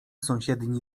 sąsiedni